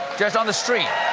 just on the street.